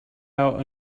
out